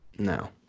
No